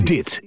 Dit